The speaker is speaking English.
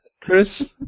Chris